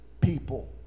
people